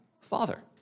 Father